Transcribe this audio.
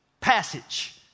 passage